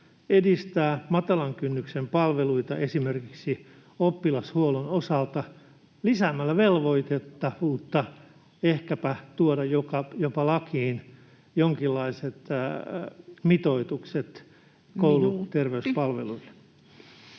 edistää matalan kynnyksen palveluita esimerkiksi oppilashuollon osalta lisäämällä velvoitettavuutta, ehkäpä tuoda jopa lakiin jonkinlaiset mitoitukset [Puhemies: Minuutti!]